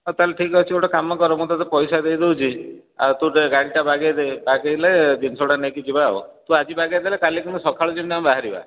ହଉ ତା'ହେଲେ ଠିକ୍ ଅଛି ଗୋଟେ କାମ କର ମୁଁ ତୋତେ ପଇସା ଦେଇ ଦେଉଛି ଆଉ ତୁ ଯା ଗାଡ଼ିଟା ବାଗେଇଦେ ବାଗେଇଲେ ଜିନିଷଗୁଡ଼ା ନେଇକି ଯିବା ଆଉ ତୁ ଆଜି ବାଗେଇଦେଲେ କାଲିକୁ ମୁଁ ସକାଳୁ ଆମେ ଯେମିତି ବାହାରିବା